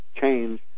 change